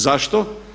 Zašto?